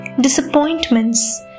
disappointments